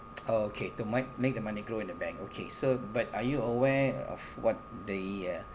oh okay to might make the money grow in the bank okay so but are you aware of what the uh